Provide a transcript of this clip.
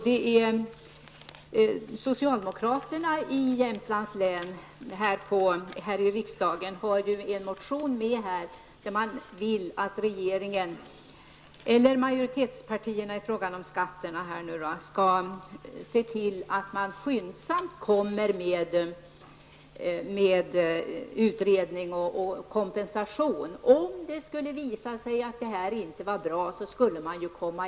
De socialdemokratiska ledamöterna från Jämtlands län framhåller i en motion att majoritetspartierna på skatteområdet skyndsamt skall genomföra en utredning och ge kompensation, om det skulle visa sig att det inte slagit väl ut.